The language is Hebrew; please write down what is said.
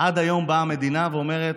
עד היום באה המדינה ואומרת: